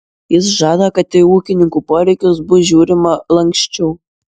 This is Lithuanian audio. jis žada kad į ūkininkų poreikius bus žiūrima lanksčiau